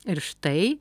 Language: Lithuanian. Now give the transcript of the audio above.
ir štai